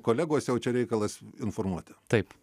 kolegos jau čia reikalas informuoti taip